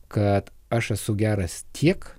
kad aš esu geras tiek